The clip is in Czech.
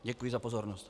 Děkuji za pozornost.